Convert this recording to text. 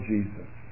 Jesus